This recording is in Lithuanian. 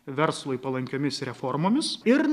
verslui palankiomis reformomis ir